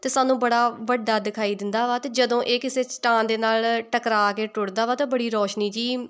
ਅਤੇ ਸਾਨੂੰ ਬੜਾ ਵੱਡਾ ਦਿਖਾਈ ਦਿੰਦਾ ਵਾ ਅਤੇ ਜਦੋਂ ਇਹ ਕਿਸੇ ਚਟਾਨ ਦੇ ਨਾਲ ਟਕਰਾ ਕੇ ਟੁੱਟਦਾ ਵਾ ਤਾਂ ਬੜੀ ਰੌਸ਼ਨੀ ਜੀ